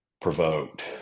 provoked